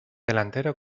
delantero